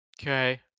Okay